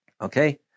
Okay